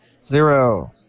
Zero